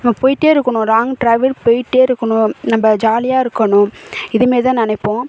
நம்ம போயிகிட்டே இருக்கணும் லாங் ட்ராவல் போயிகிட்டே இருக்கணும் நம்ம ஜாலியாக இருக்கணும் இதுமாரி தான் நினைப்போம்